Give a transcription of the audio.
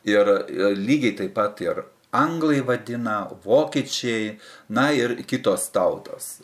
ir lygiai taip pat ir anglai vadina vokiečiai na ir kitos tautos